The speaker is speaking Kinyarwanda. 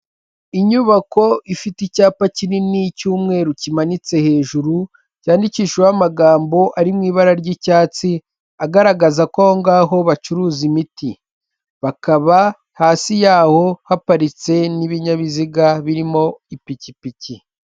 Inyubako ifite icyapa kinini cy'umweru kimanitse hejuru cyandikishijeho amagambo ari mu ibara ry'icyatsi agaragaza ko aho ngaho bacuruza imiti, bakaba hasi yaho haparitse n'ibinyabiziga birimo ipikipiki.